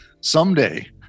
someday